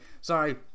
sorry